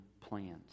plans